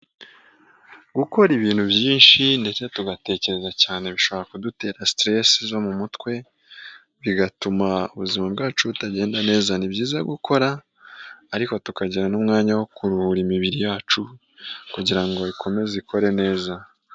Gukora ibintu byinshi ndetse tugatekereza cyane bishobora kudutera sitiresi zo mu mutwe, bigatuma ubuzima bwacu butagenda neza. Ni byiza gukora, ariko tukagira n'umwanya wo kuruhura imibiri yacu kugira ngo ikomeze ikore neza.